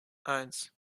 eins